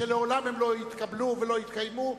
שלעולם הן לא יתקבלו ולא יתקיימו.